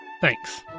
Thanks